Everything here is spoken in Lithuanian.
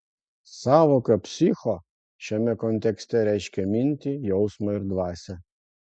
sąvoka psicho šiame kontekste reiškia mintį jausmą ir dvasią